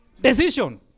Decision